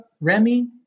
Remy